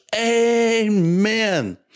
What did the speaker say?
Amen